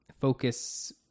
focus